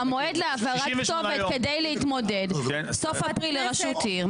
המועד להעברת כתובת כדי להתמודד סוף אפריל לרשות עיר,